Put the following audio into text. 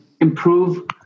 improve